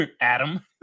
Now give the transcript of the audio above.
Adam